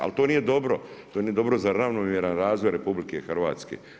Ali to nije dobro, to nije dobro za ravnomjeran razvoj Republike Hrvatske.